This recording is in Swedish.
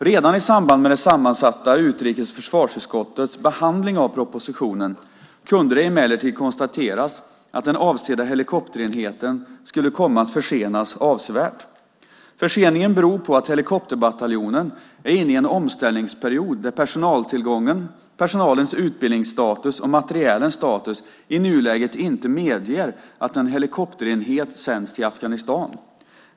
Redan i samband med det sammansatta utrikes och försvarsutskottets behandling av propositionen kunde det emellertid konstateras att den avsedda helikopterenheten skulle komma att försenas avsevärt. Förseningen beror på att helikopterbataljonen är inne i en omställningsperiod där personaltillgången, personalens utbildningsstatus och materielens status i nuläget inte medger att en helikopterenhet sänds till Afghanistan.